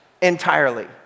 entirely